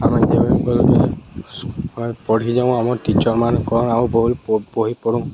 ଆମେ ଯେବେ ପଢ଼ି ଯାଉଁ ଆମ ଟିଚର୍ମାନେ କ'ଣ ଆମ ବ ବହି ପଢ଼ୁ